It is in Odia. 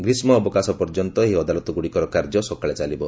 ଗ୍ରୀଷ୍ ଅବକାଶ ପର୍ଯ୍ୟନ୍ତ ଏହି ଅଦାଲତଗ୍ରୁଡ଼ିକର କାର୍ଯ୍ୟ ସକାଳେ ଚାଲିବ